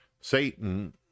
Satan